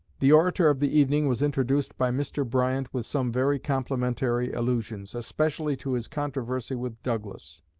the orator of the evening was introduced by mr. bryant with some very complimentary allusions, especially to his controversy with douglas.